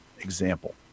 example